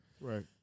Right